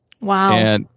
Wow